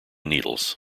needles